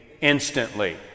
instantly